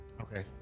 Okay